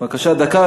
בבקשה, דקה.